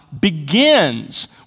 begins